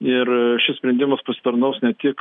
ir šis sprendimas pasitarnaus ne tik